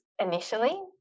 initially